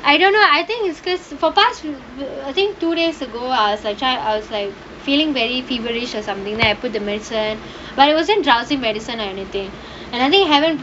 I don't know I think is because for the past I think two days ago I was like trying I was like feeling very feverish or something there I put the medicine but it wasn't drowsy medicine or anything and I think haven't